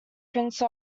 prince